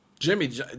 Jimmy